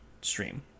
stream